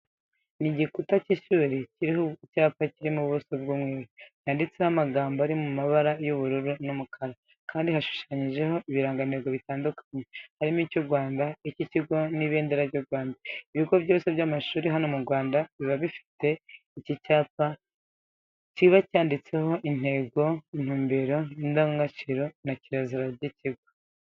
Ni igikuta cy'ishuri kiriho icyapa kiri mu buso bw'umweru, cyanditseho amagambo ari mu mabara y'ubururu n'umukara kandi hashushanyijeho ibirangantego bitandukanye, harimo icy'u Rwanda, icy'ikigo n'ibendera ry'u Rwanda. Ibigo byose by'amashuri hano mu Rwanda biba bifite iki cyapa, kiba cyanditseho intego, intumbero, indangagaciro na kirazira by'ikigo.